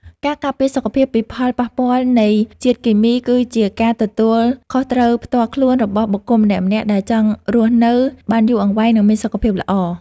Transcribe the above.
ការការពារសុខភាពពីផលប៉ះពាល់នៃជាតិគីមីគឺជាការទទួលខុសត្រូវផ្ទាល់ខ្លួនរបស់បុគ្គលម្នាក់ៗដែលចង់រស់នៅបានយូរអង្វែងនិងមានសុខភាពល្អ។